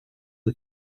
the